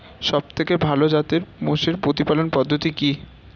সবথেকে ভালো জাতের মোষের প্রতিপালন পদ্ধতি কি?